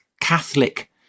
Catholic